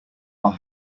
are